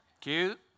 Cute